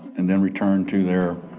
and then returned to their